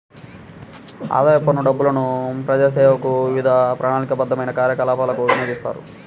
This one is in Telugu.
ఆదాయపు పన్ను డబ్బులను ప్రజాసేవలకు, వివిధ ప్రణాళికాబద్ధమైన కార్యకలాపాలకు వినియోగిస్తారు